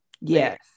Yes